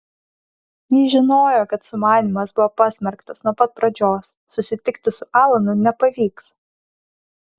ji žinojo kad sumanymas buvo pasmerktas nuo pat pradžios susitikti su alanu nepavyks